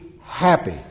happy